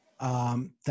Thank